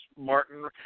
Martin